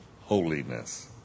holiness